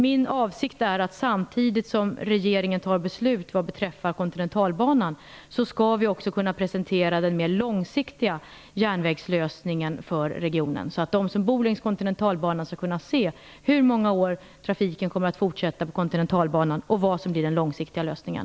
Min avsikt är att vi, samtidigt som regeringen fattar beslut vad beträffar kontinentalbanan, också skall kunna presentera den mer långsiktiga järnvägslösningen för regionen, så att de som bor längs kontinentalbanan skall kunna se hur många år trafiken kommer att fortsätta på kontinentalbanan och vad som blir den långsiktiga lösningen.